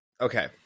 okay